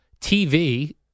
TV